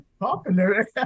popular